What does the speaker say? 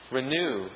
renew